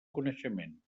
coneixement